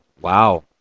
Wow